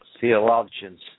theologians